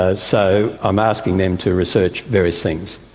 ah so i'm asking them to research various things.